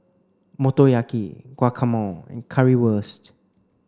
Motoyaki Guacamole and Currywurst